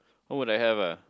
what would I have ah